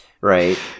Right